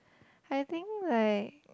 I think like